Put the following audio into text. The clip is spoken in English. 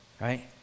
Right